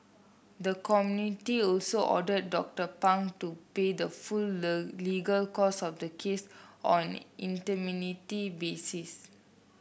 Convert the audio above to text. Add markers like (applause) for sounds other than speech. the committee also ordered Doctor Pang to pay the full (unintelligible) legal costs of the case on (unintelligible) basis